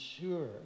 sure